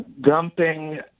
Dumping